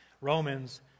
Romans